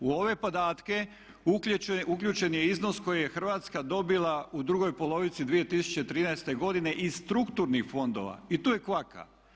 U ove podatke uključen je iznos koji je Hrvatska dobila u drugoj polovici 2013. godine iz strukturnih fondova i tu je kvaka.